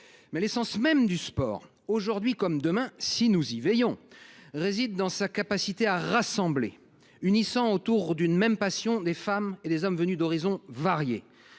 Mais l’essence même du sport, aujourd’hui comme demain, et si nous y veillons, réside dans sa capacité à rassembler, à unir autour d’une même passion des femmes et des hommes venus d’horizons variés.